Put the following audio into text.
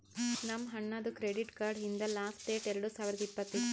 ನಮ್ ಅಣ್ಣಾದು credit card ಹಿಂದ್ ಲಾಸ್ಟ್ ಡೇಟ್ ಎರಡು ಸಾವಿರದ್ ಇಪ್ಪತ್ತ್ ಇತ್ತು